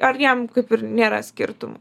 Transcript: ar jam kaip ir nėra skirtum